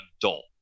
adult